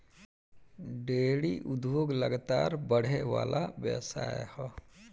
dairy उद्योग लगातार बड़ेवाला व्यवसाय ह